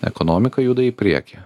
ekonomika juda į priekį